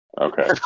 Okay